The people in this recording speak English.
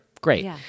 Great